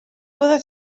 byddet